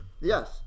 Yes